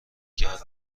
کرد